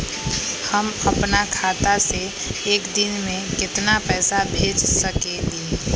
हम अपना खाता से एक दिन में केतना पैसा भेज सकेली?